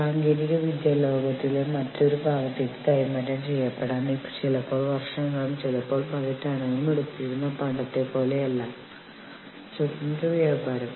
ഭീഷണിപ്പെടുത്തൽ എന്നതുകൊണ്ട് അർത്ഥമാക്കുന്നത് ആരെങ്കിലും നിങ്ങളെ നിർബന്ധിക്കാൻ ശ്രമിക്കുന്നു ആരെങ്കിലും നിങ്ങളോട് നിങ്ങളുടെ യൂണിയൻ നിലനിൽക്കില്ല എന്ന് പറയാൻ ശ്രമിക്കുന്നു എന്നെല്ലാമാണ്